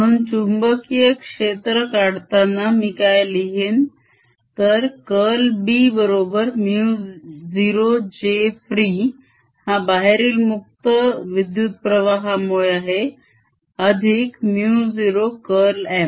म्हणून चुंबकीय क्षेत्र काढताना मी काय लिहेन तर curl B बरोबर μ0 j free हा बाहेरील मुक्त विद्युत्प्रवाहामुळे आहे अधिक μ0 curlM